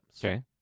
Okay